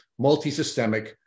multisystemic